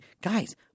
Guys